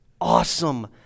awesome